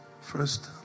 first